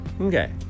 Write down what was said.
Okay